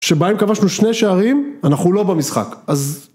‫שבה אם כבשנו שני שערים, ‫אנחנו לא במשחק.